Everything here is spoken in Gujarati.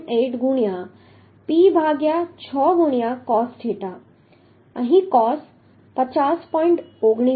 478 ગુણ્યા P ભાગ્યા 6 ગુણ્યા cosથીટા અહીં cos 50